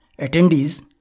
attendees